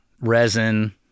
resin